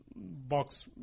box